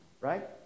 right